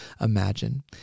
imagine